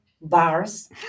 bars